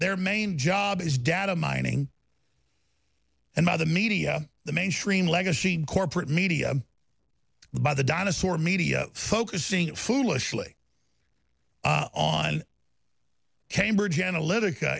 their main job is data mining and other media the mainstream legacy corporate media by the dinosaur media focusing foolishly on cambridge analytic